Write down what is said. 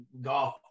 golf